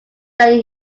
than